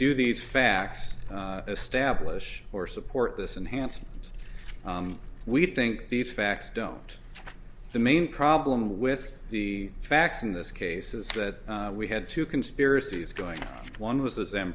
do these facts establish or support this enhanced so we think these facts don't the main problem with the facts in this case is that we had to conspiracies going one was the